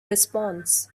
response